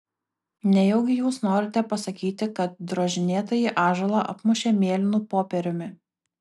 nejaugi jūs norite pasakyti kad drožinėtąjį ąžuolą apmušė mėlynu popieriumi